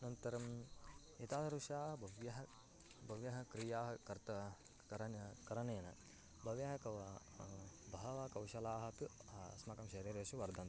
नन्तरं एतादृशाः बहवः बहवः क्रियाः कर्त करन् करणेन बहवः कौशलाः त् अस्माकं शरीरेषु वर्धन्ते